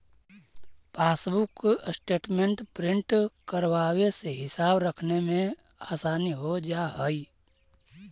passbook statement print करवावे से हिसाब रखने में आसानी हो जा हई